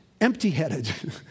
empty-headed